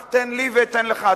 רק תן לי ואתן לך,